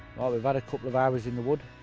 we've had a couple of hours in the wood,